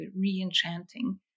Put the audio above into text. re-enchanting